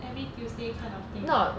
every tuesday kind of thing